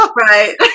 Right